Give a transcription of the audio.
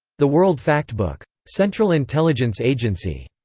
the world factbook. central intelligence agency.